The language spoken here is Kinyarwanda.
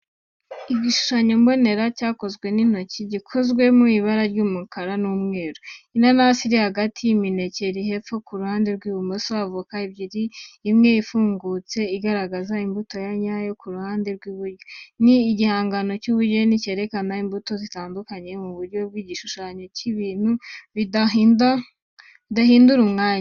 Igishushanyo mbonera cyakozwe n'intoki, gikoze mu ibara ry'umukara n'umweru. Inanasi iri hagati, imineke iri hepfo ku ruhande rw'ibumoso, avoka ebyiri imwe ifungutse igaragaza imbuto yayo ku ruhande rw'iburyo. Ni igihangano cy’ubugeni, cyerekana imbuto zitandukanye mu buryo bw'igishushanyo cy’ibintu bidahindura umwanya.